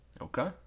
Okay